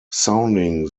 sounding